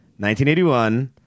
1981